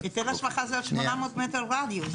היטל השבחה זה עוד 800 מטר וליו.